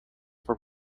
were